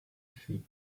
feet